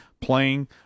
playing